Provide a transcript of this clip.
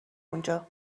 اونجا